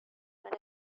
but